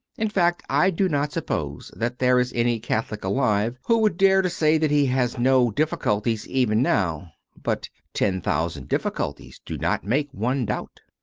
in fact, i do not suppose that there is any catholic alive who would dare to say that he has no difficulties even now but ten thousand difficulties do not make one doubt.